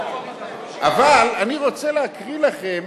אבל אני רוצה להקריא לכם